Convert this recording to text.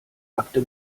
akte